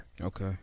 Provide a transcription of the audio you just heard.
Okay